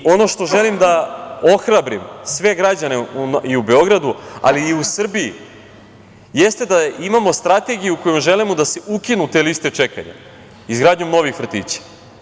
Ono što želim da ohrabrim sve građane i u Beogradu, ali i u Srbiji jeste da imamo strategiju kojom želimo da se ukinu te liste čekanja izgradnjom novih vrtića.